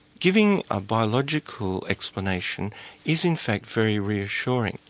giving a biological explanation is in fact very reassuring.